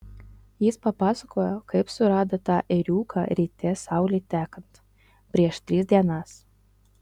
jis papasakojo kaip surado tą ėriuką ryte saulei tekant prieš tris dienas